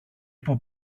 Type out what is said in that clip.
που